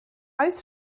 oes